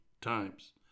times